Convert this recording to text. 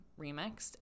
remixed